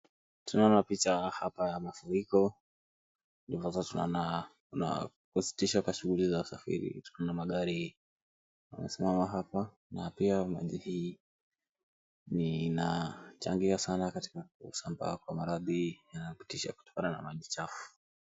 Tunaona picha hapa ya mafuriko. Ndiposa tunaona kuna kusitishwa kwa shughuli za usafiri, kuna magari yamesimama hapa na pia maji haya yanachangia sana katika kusambaa kwa maradhi yanayopitishwa kutokana na maji chafu.